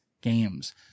games